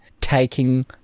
taking